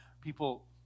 People